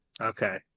Okay